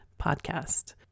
podcast